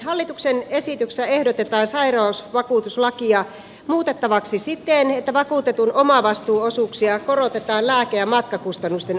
hallituksen esityksessä ehdotetaan sairausvakuutuslakia muutettavaksi siten että vakuutetun omavastuuosuuksia korotetaan lääke ja matkakustannusten osalta